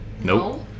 Nope